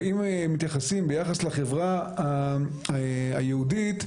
ואם מתייחסים לחברה היהודית,